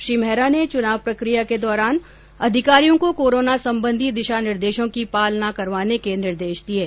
श्री मेहरा ने चुनाव प्रकिया के दौरान अधिकारियों को कोरोना संबंधी दिशा निर्देशों की पालना करवाने के निर्देश दिए हैं